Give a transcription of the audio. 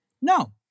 No